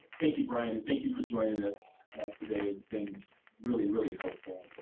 thank you brian, and thank you for joining us today, it's been really, really helpful.